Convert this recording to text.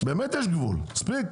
באמת יש גבול, מספיק,